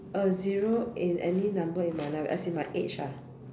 a zero in any number in my life as in my age ah